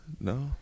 No